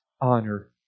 honor